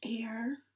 air